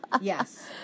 yes